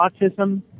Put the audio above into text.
autism